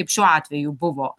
kaip šiuo atveju buvo